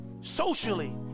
Socially